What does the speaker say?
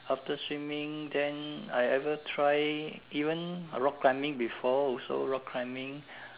after swimming then I ever try even rock climbing before also rock climbing